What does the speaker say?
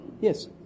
Yes